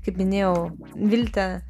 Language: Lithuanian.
kaip minėjau viltė